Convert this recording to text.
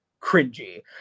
cringy